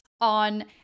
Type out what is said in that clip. On